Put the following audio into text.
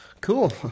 Cool